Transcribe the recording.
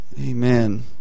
Amen